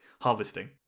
harvesting